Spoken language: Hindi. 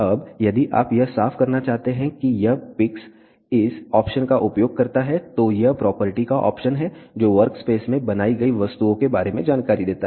अब यदि आप यह साफ़ करना चाहते हैं कि यह पिक्स इस ऑप्शन का उपयोग करता है तो यह प्रॉपर्टी का ऑप्शन है जो वर्कस्पेस में बनाई गई वस्तुओं के बारे में जानकारी देता है